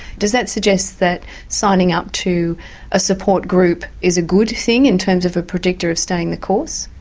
does that suggest that signing up to a support group is a good thing in terms of a predictor of staying the course?